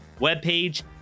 webpage